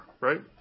right